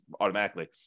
automatically